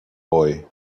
boy